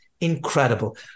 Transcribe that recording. incredible